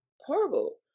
horrible